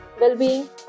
well-being